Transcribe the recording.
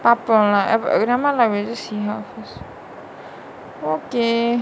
பாப்போ:paapo lah ever nevermind lah we will just see how first okay